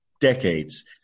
decades